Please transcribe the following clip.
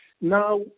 Now